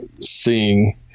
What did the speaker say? seeing